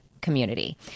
community